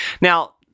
Now